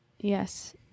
Yes